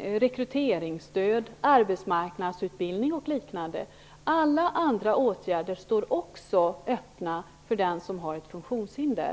rekryteringsstöd, arbetsmarknadsutbildning och liknande. Alla andra åtgärder skall också stå öppna för den som har ett funktionshinder.